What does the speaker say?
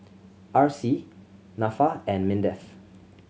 R C Nafa and MINDEF